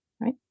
right